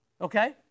Okay